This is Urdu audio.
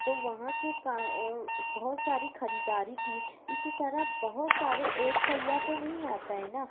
تو وہاں کی کا بہت ساری خریداری کی اسی طرح بہت سارے ایک سیاح تو نہیں آتا ہے نا